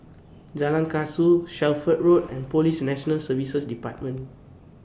Jalan Kasau Shelford Road and Police National Service department